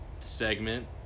Segment